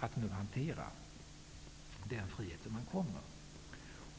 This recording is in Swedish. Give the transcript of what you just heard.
när det gäller att hantera den frihet som kommer.